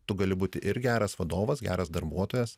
tu gali būti ir geras vadovas geras darbuotojas